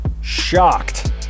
shocked